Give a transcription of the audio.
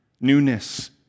newness